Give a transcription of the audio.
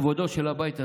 כבודו של הבית הזה,